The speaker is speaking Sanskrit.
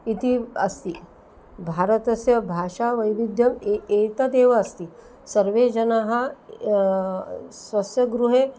इति अस्ति भारतस्य भाषावैविध्यम् ए एतदेव अस्ति सर्वे जनाः स्वस्य गृहे